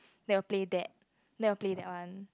they will play that they will play their one